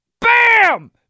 Bam